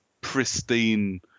pristine